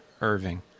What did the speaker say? Irving